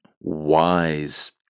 wise